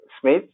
Smith